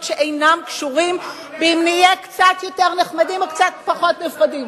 שאינם קשורים באם נהיה קצת יותר נחמדים או קצת פחות נחמדים.